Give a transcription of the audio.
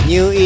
New